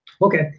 Okay